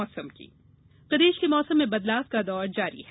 मौसम प्रदेश के मौसम में बदलाव का दौर जारी है